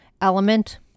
element